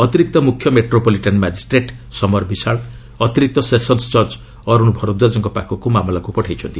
ଅତିରିକ୍ତ ମୁଖ୍ୟ metropolitan magistrate Samar Vishal ଅତିରିକ୍ତ ସେସନ୍ୱ ଜଜ୍ ଅରୁଣ ଭରଦ୍ୱାଜଙ୍କ ପାଖକୁ ମାମଲାକୁ ପଠାଇଛନ୍ତି